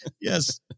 yes